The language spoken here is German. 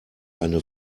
eine